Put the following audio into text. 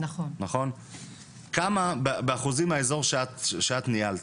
כמה באחוזים מהאזור שאת ניהלת,